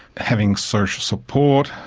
having social support.